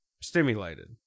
stimulated